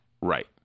Right